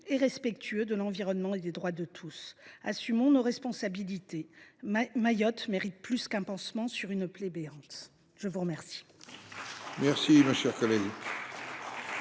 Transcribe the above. respectueux de l’environnement et des droits de tous. Assumons nos responsabilités ! Mayotte mérite plus qu’un pansement sur une plaie béante. La parole